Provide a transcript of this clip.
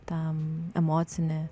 tam emocinį